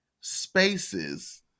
spaces